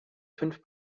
fünf